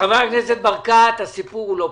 חבר הכנסת ברקת, הסיפור לא פשוט.